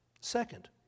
Second